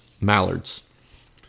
mallards